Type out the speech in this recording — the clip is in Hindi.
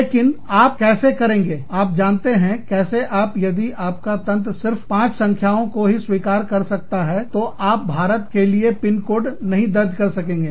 लेकिन आप कैसे करेंगे आप जानते हैं कैसे आप यदि आपका तंत्र सिर्फ पांच संख्याओं को ही स्वीकार कर सकता है तो आप भारत के लिए पिनकोड नहीं दर्ज कर सकेंगे